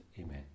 Amen